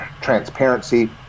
transparency